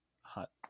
hot